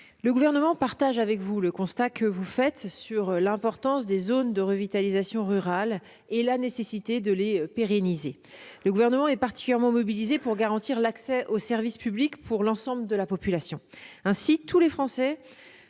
le Gouvernement partage avec vous le constat que vous faites sur l'importance des zones de revitalisation rurale et la nécessité de les pérenniser. Il est particulièrement mobilisé pour garantir l'accès aux services publics à l'ensemble de la population. Ainsi, tous les Français